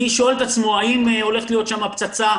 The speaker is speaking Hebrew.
מי שואל את עצמו האם הולכת להיות שם פצצה,